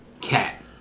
Cat